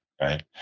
right